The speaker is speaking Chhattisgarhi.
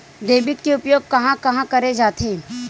डेबिट के उपयोग कहां कहा करे जाथे?